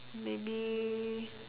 maybe